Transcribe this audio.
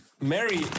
Mary